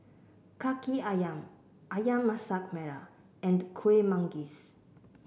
Kaki ayam ayam Masak Merah and Kuih Manggis